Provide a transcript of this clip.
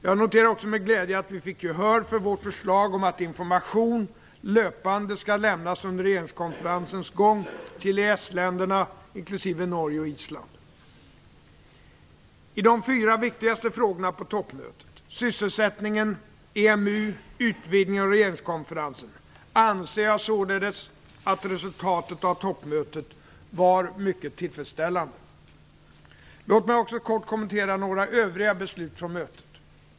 Jag noterar också med glädje att vi fick gehör för vårt förslag om att information löpande skall lämnas under regeringskonferensens gång till EES-länderna inklusive Norge och Island. I de fyra viktigaste frågorna på toppmötet - sysselsättningen, EMU, utvidgningen och regeringskonferensen - anser jag således att resultatet av toppmötet var mycket tillfredsställande. Låt mig också kort kommentera några övriga beslut från mötet.